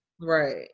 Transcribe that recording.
right